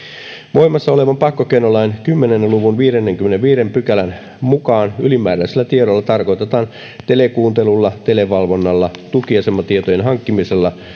voimassa olevan pakkokeinolain kymmenen luvun viidennenkymmenennenviidennen pykälän mukaan ylimääräisellä tiedolla tarkoitetaan telekuuntelulla televalvonnalla tukiasematietojen hankkimisella